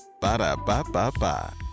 Ba-da-ba-ba-ba